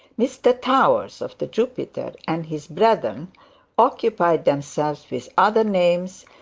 mr towers, of the jupiter, and his brethren occupied themselves with other names,